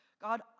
God